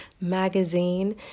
magazine